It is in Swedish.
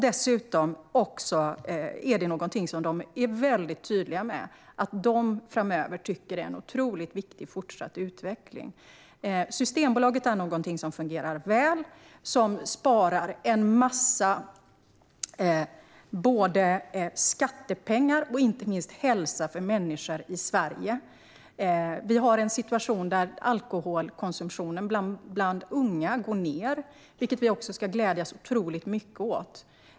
Dessutom är ledningen tydlig med att det är otroligt viktigt att utvecklingen fortsätter. Systembolaget fungerar väl och sparar skattepengar och inte minst hälsa för människor i Sverige. Alkoholkonsumtionen bland unga går ned, vilket vi ska glädjas otroligt mycket åt.